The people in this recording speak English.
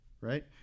right